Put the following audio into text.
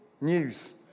news